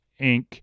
Inc